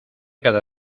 cada